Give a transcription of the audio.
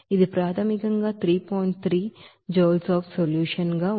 3 joule of the solution